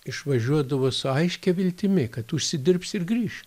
išvažiuodavo su aiškia viltimi kad užsidirbs ir grįš